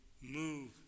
move